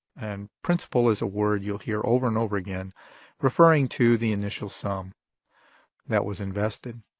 and principal is a word you'll hear over and over again referring to the initial sum that was invested.